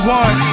one